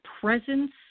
presence